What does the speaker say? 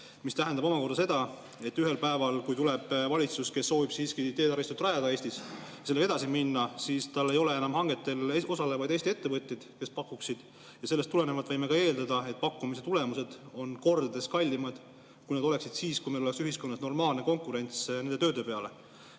See tähendab omakorda seda, et ühel päeval, kui tuleb valitsus, kes soovib siiski Eestis teetaristu rajamisega edasi minna, siis ei ole enam hangetel osalevaid Eesti ettevõtjaid, kes pakkumisi teeksid, ja sellest tulenevalt võime ka eeldada, et pakkumise tulemused on kordades kallimad, kui nad oleksid siis, kui meil oleks ühiskonnas normaalne konkurents nende tööde peale.